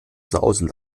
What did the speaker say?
sausen